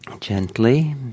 Gently